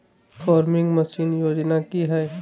Farming machine योजना कि हैय?